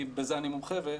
כי בזה אני מומחה,